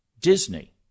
disney